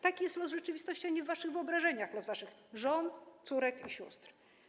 Taki jest w rzeczywistości, a nie w waszych wyobrażeniach, los waszych żon, córek i sióstr.